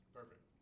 Perfect